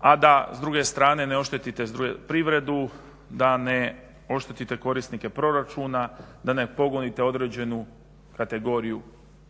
a da s druge strane ne oštetite privredu, da ne oštetite korisnike proračuna, da ne pogodite određenu kategoriju